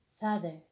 Father